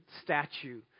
statue